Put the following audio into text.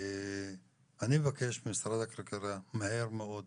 אני מבקש ממשרד הכלכלה מהר מאוד